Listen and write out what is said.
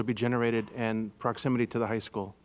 will be generated and proximity to the high school